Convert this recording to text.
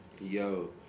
Yo